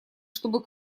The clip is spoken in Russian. чтобы